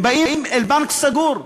הם באים אל בנק סגור.